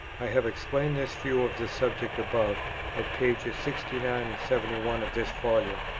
i have explained this view of the subject above at pp. sixty nine seventy one of this volume.